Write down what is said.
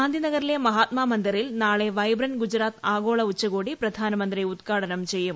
ഗ്ലാന്ധി നഗറിലെ മഹാത്മാ മന്ദിറിൽ നാളെ വൈബ്രന്റ് ഗുജറാത്ത് ആ്ഗോള ഉച്ചകോടി പ്രധാന മന്ത്രി ഉദ്ഘാടനം ചെയ്യും